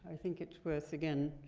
think it's worth, again,